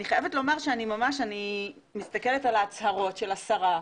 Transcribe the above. אני חייבת לומר שאני מסתכלת על ההצהרות של השרה,